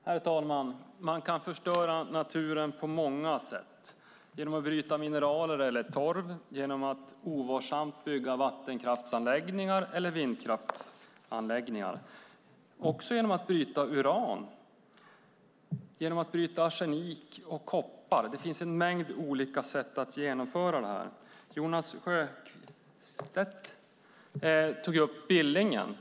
Herr talman! Man kan förstöra naturen på många sätt - genom att bryta mineraler eller torv, genom att ovarsamt bygga vattenkraftsanläggningar eller vindkraftsanläggningar och också genom att bryta uran, arsenik och koppar. Det finns en mängd olika sätt att genomföra detta. Jonas Sjöstedt tog upp Billingen.